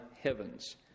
heavens